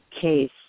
case